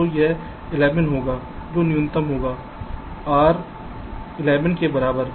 तो यह 11 होगा जो न्यूनतम होगा R 11 के बराबर